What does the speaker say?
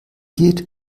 geht